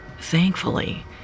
Thankfully